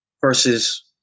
versus